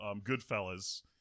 Goodfellas